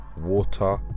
water